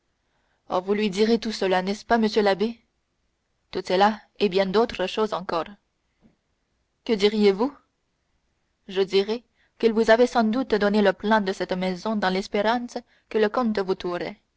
ah vous direz tout cela n'est-ce pas monsieur l'abbé tout cela oui et bien d'autres choses encore que direz-vous je dirai qu'il vous avait sans doute donné le plan de cette maison dans l'espérance que le comte